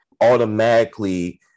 automatically